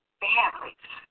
families